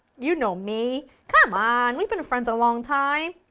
you know me, come on! we've been friends a long time.